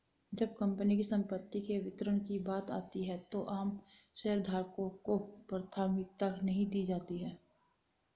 जब कंपनी की संपत्ति के वितरण की बात आती है तो आम शेयरधारकों को प्राथमिकता नहीं दी जाती है